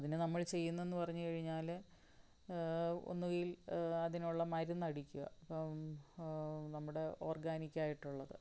അതിനു നമ്മൾ ചെയ്യുന്നതെന്നു പറഞ്ഞുകഴിഞ്ഞാല് ഒന്നുകിൽ അതിനുള്ള മരുന്നടിക്കുക ഇപ്പോള് നമ്മുടെ ഓർഗാനിക്കായിട്ടുള്ളത്